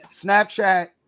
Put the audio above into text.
Snapchat